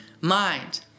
mind